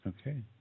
Okay